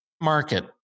Market